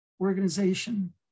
Organization